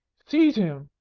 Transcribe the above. seize him!